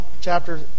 chapter